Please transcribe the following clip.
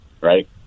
right